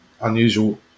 unusual